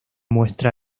muestra